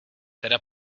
teda